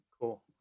Cool